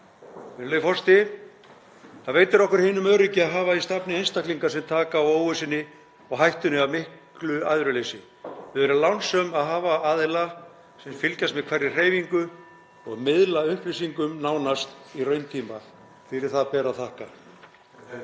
Það veitir okkur hinum öryggi að hafa í stafni einstaklinga sem taka á óvissunni og hættunni af miklu æðruleysi. Við erum lánsöm að hafa aðila sem fylgjast með hverri hreyfingu og miðla upplýsingum nánast í rauntíma. Fyrir það ber að þakka.